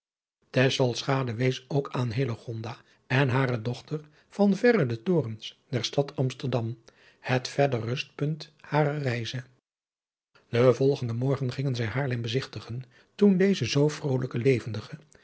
wees ook aan hillegonda en hare dochter van verre de torens der stad amsterdam het verder rustpunt harer reize adriaan loosjes pzn het leven van hillegonda buisman den volgenden morgen gingen zij haarlem bezigtigen toen eene zoo volkrijke levendige